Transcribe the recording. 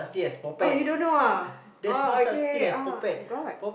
oh you don't know ah oh okay ah got